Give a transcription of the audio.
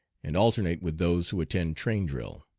and alternate with those who attend train drill.